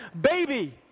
baby